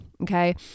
Okay